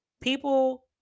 people